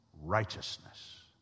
righteousness